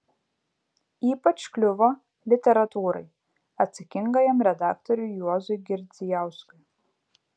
ypač kliuvo literatūrai atsakingajam redaktoriui juozui girdzijauskui